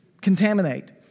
Contaminate